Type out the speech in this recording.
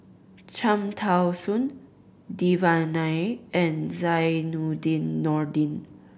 Cham Tao Soon Devan Nair and Zainudin Nordin